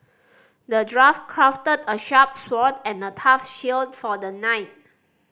the dwarf crafted a sharp sword and a tough shield for the knight